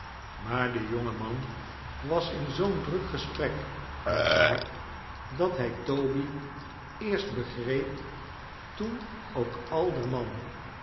maar de jonge man was in zoo'n druk gesprek met haar dat hij toby eerst begreep toen oak alderman